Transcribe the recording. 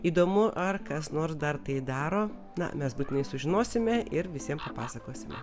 įdomu ar kas nors dar tai daro na mes būtinai sužinosime ir visiem pasakosime